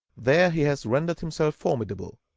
there he has rendered himself formidable,